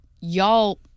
y'all